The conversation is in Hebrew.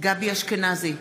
גבי אשכנזי,